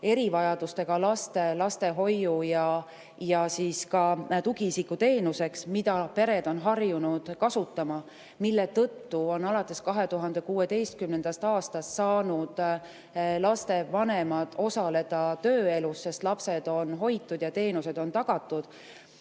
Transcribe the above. erivajadustega laste lastehoiu‑ ja ka tugiisikuteenuseks, mida pered on harjunud kasutama, mille tõttu on alates 2016. aastast saanud lastevanemad osaleda tööelus, sest lapsed on hoitud ja teenused on tagatud,